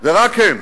ורק הם,